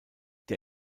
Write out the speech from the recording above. der